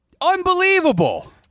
Unbelievable